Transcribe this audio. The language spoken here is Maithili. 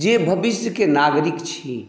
जे भविष्यके नागरिक छी